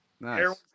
Nice